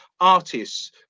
artists